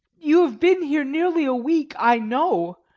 you have been here nearly a week, i know.